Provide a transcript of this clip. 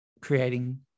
creating